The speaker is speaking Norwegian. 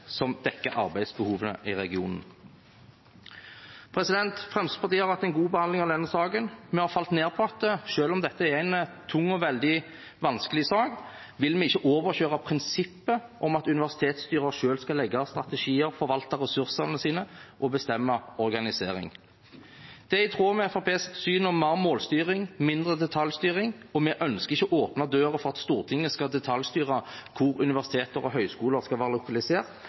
som dekker arbeidsbehovene i regionen. Fremskrittspartiet har hatt en god behandling av denne saken. Vi har falt ned på, selv om dette er en tung og veldig vanskelig sak, at vi ikke vil overprøve prinsippet om at universitetsstyrer selv skal legge strategier, forvalte ressursene sine og bestemme organiseringen. Det er i tråd med Fremskrittspartiets syn om mer målstyring og mindre detaljstyring, og vi ønsker ikke å åpne døren for at Stortinget skal detaljstyre hvor universiteter og høyskoler skal være lokalisert,